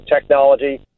technology